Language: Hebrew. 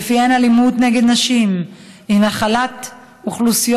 שלפיהן אלימות נגד נשים היא נחלת אוכלוסיות